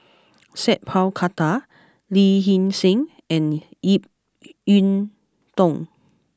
Sat Pal Khattar Lee Hee Seng and Ip Yiu Tung